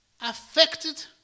affected